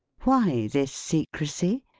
why this secrecy?